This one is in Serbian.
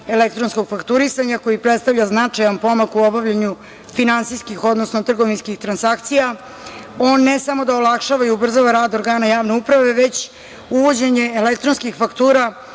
elektronskog fakturisanja koji predstavlja značajan pomak u obavljanju finansijskih, odnosno trgovinskih transakcija. On ne samo da olakšava i ubrzava rad organa javne uprave, već uvođenje elektronskih faktura